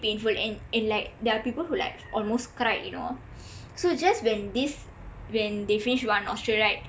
painful and and like there are people who like almost cried you know so just when this when they finish one nostril right